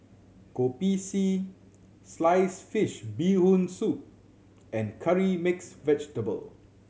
Kopi C sliced fish Bee Hoon Soup and Curry Mixed Vegetable